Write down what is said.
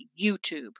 YouTube